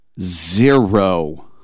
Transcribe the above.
Zero